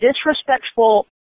disrespectful